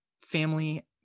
family